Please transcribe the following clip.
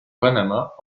panama